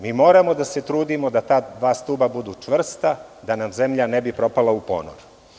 Moramo da se trudimo da ta dva stuba budu čvrsta, da nam zemlja ne bi propala u ponor.